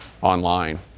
online